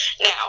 Now